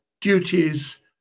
duties